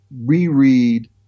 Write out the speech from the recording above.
reread